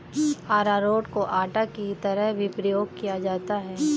अरारोट को आटा की तरह भी प्रयोग किया जाता है